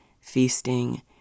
feasting